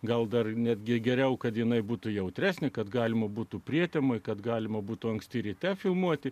gal dar netgi geriau kad jinai būtų jautresnė kad galima būtų prietemoje kad galima būtų anksti ryte filmuoti